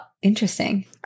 interesting